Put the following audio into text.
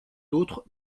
d’autres